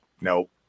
Nope